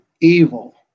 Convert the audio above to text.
evil